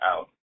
Out